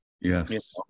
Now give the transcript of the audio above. Yes